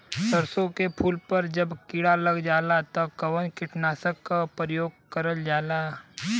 सरसो के फूल पर जब किड़ा लग जाला त कवन कीटनाशक क प्रयोग करल जाला?